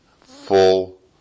full